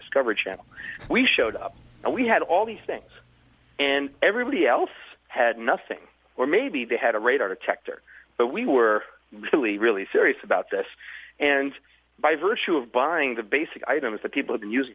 discovery channel we showed up and we had all these things and everybody else had nothing or maybe they had a radar detector but we were really really serious about this and by virtue of buying the basic items that people